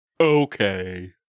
Okay